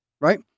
right